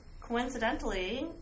coincidentally